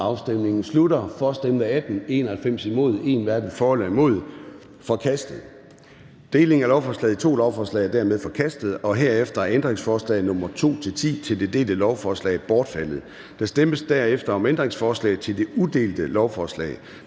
hverken for eller imod stemte 1 (Theresa Scavenius (UFG)). Delingen af lovforslaget i to lovforslag er dermed forkastet. Herefter er ændringsforslag nr. 2-10 til det delte lovforslag bortfaldet. Der stemmes derefter om ændringsforslagene til det udelte lovforslag.